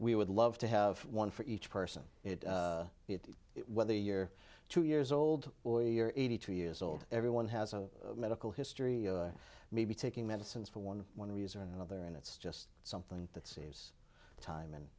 we would love to have one for each person is it whether you're two years old or you're eighty two years old everyone has a medical history maybe taking medicines for one one reason or another and it's just something that saves time